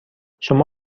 شما